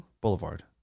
Boulevard